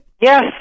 Yes